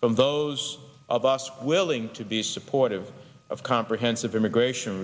from those of us willing to be supportive of comprehensive immigration